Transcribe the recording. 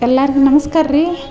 ಎಲ್ಲಾರಿಗು ನಮ್ಸ್ಕಾರ ರೀ